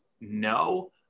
No